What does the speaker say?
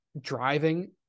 driving